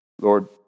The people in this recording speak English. Lord